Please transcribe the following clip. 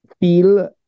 feel